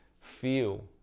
feel